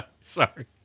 sorry